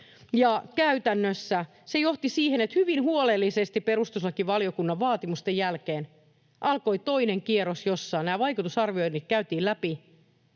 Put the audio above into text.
ja käytännössä se johti siihen, että hyvin huolellisesti perustuslakivaliokunnan vaatimusten jälkeen alkoi toinen kierros, jossa nämä vaikutusarvioinnit käytiin läpi.